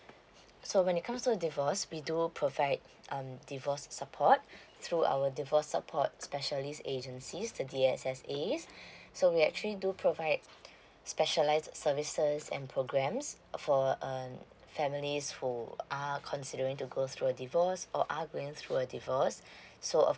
so when it comes to divorce we do provide um divorce support through our divorce support specialist agency the D_S_S_A so we actually do provide specialized services and programmes for um family who are considering to go through a divorce or are going through a divorce so